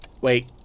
Wait